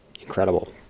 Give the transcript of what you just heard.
incredible